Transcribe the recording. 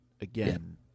again